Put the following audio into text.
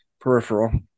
peripheral